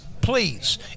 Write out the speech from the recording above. Please